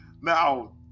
now